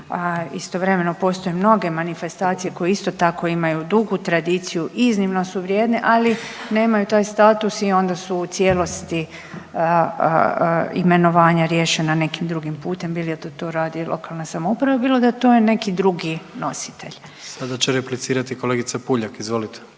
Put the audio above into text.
istovremeno postoje mnoge manifestacije koje isto tako imaju dugu tradiciju i iznimno su vrijedne, ali nemaju taj status i onda su u cijelosti imenovanja riješena nekim drugim putem, bilo da to radi lokalna samouprava, bilo da je to neki drugi nositelj. **Jandroković, Gordan (HDZ)** Sada će replicirati kolegica Puljak, izvolite.